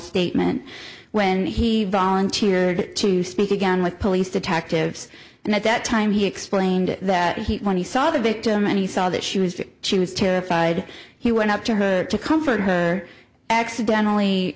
statement when he volunteered to speak again with police detectives and at that time he explained that he when he saw the victim and he saw that she was doing she was terrified he went up to her to comfort her accidentally